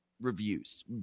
reviews